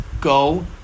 Go